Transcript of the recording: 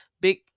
big